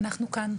אנחנו כאן.